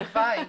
הלוואי.